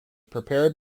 prepared